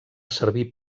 servir